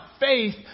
faith